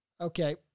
Okay